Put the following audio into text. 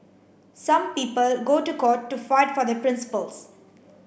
some people go to court to fight for their principles